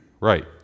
right